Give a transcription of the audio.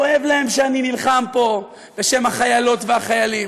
כואב להם שאני נלחם כאן בשם החיילות והחיילים,